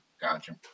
gotcha